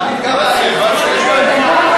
כבר היה, כבר היה.